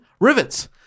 Rivets